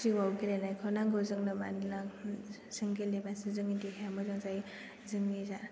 जिउआव गेलेनायखौ नांगौ जोंनो मानोना जों गेलेबासो जोंनि देहाया मोजां जायो जोंनि जा